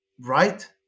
right